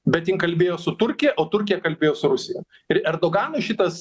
bet ji kalbėjo su turkija o turkija kalbėjo su rusija ir erdoganui šitas